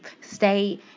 stay